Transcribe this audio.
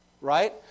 right